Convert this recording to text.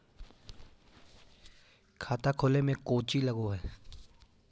खाता खोले में कौचि लग है?